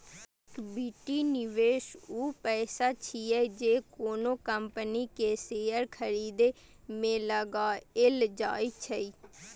equity निवेश ऊ पैसा छियै, जे कोनो कंपनी के शेयर खरीदे मे लगाएल जाइ छै